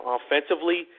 offensively